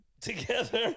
Together